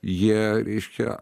jie reiškia